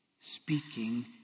speaking